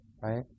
Right